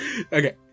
Okay